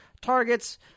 targets